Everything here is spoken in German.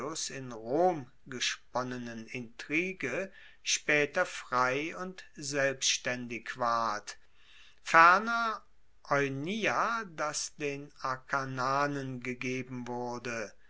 in rom gesponnenen intrige spaeter frei und selbstaendig ward ferner oinia das den akarnanen gegeben wurde